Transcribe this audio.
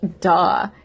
duh